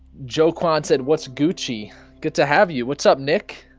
jo kwon said what's go chee good to have you? what's up nick?